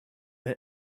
than